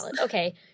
Okay